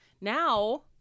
Now